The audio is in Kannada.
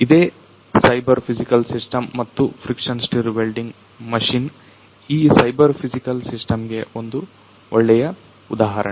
ಇದೆ ಸೈಬರ್ ಫಿಸಿಕಲ್ ಸಿಸ್ಟಮ್ ಮತ್ತು ಫ್ರಿಕ್ಷನ್ ಸ್ಟಿರ್ ವೆಲ್ಡಿಂಗ್ ಮಷೀನ್ ಈ ಸೈಬರ್ ಫಿಸಿಕಲ್ ಸಿಸ್ಟಮ್ ಗೆ ಒಂದು ಒಳ್ಳೆಯ ಉದಾಹರಣೆ